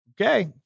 Okay